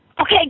okay